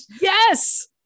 Yes